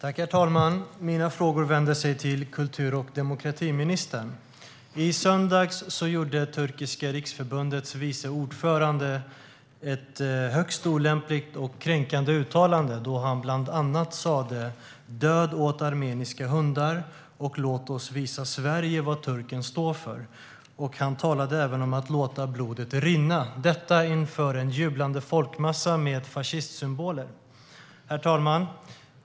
Herr talman! Mina frågor riktar sig till kultur och demokratiministern. I söndags gjorde Turkiska riksförbundets vice ordförande ett högst olämpligt och kränkande uttalande då han bland annat sa: Död åt armeniska hundar. Låt oss visa Sverige vad turken står för. Han talade även om att låta blodet rinna. Detta gjorde han inför en jublande folkmassa med fascistsymboler. Herr talman!